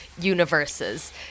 universes